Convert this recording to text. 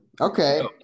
Okay